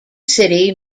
city